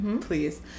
Please